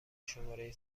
شماره